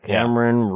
Cameron